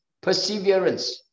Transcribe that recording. perseverance